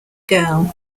girl